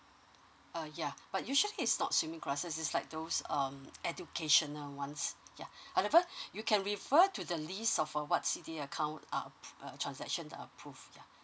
uh yeah but usually it's not swimming classes is like those um educational ones yeah however you can refer to the list of uh what C_D_A account uh uh transaction approved